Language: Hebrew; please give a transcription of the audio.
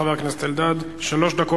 חבר הכנסת אלדד, שלוש דקות.